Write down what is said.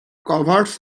covers